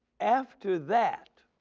after that